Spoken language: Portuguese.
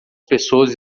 pessoas